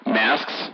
masks